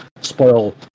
spoil